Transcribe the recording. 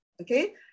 Okay